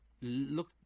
look